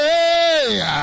Hey